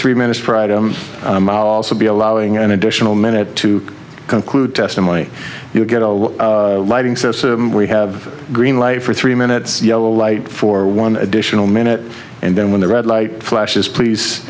three minutes pride i'm also be allowing an additional minute to conclude testimony you get a lighting system we have a green light for three minutes yellow light for one additional minute and then when the red light flashes